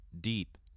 deep